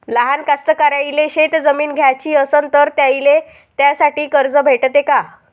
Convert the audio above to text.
लहान कास्तकाराइले शेतजमीन घ्याची असन तर त्याईले त्यासाठी कर्ज भेटते का?